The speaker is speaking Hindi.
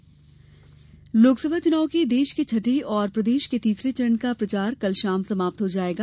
चुनाव प्रचार लोकसभा चुनाव के देश के छठे और प्रदेश के तीसरे चरण का प्रचार कल शाम समाप्त हो जायेगा